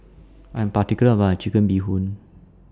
I'm particular about My Chicken Bee Hoon